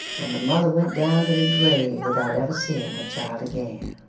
and the mother went down to the grave without ever seeing her child again.